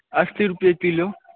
अस्सी रूपए किलो